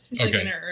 Okay